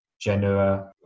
Genoa